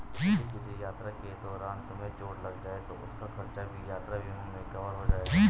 यदि किसी यात्रा के दौरान तुम्हें चोट लग जाए तो उसका खर्च भी यात्रा बीमा में कवर हो जाएगा